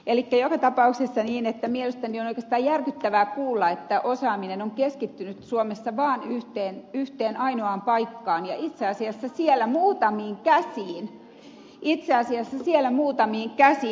elikkä joka tapauksessa niin että mielestäni on oikeastaan järkyttävää kuulla että osaaminen on keskittynyt suomessa vaan yhteen ainoaan paikkaan ja itse asiassa siellä muutamiin käsiin